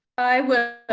i will,